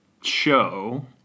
show